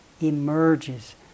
emerges